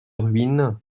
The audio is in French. ruines